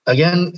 Again